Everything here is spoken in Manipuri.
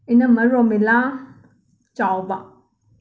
ꯏꯅꯝꯃ ꯔꯣꯃꯤꯂꯥ ꯆꯥꯎꯕ